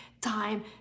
time